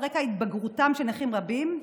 על רקע התבגרותם של נכים רבים,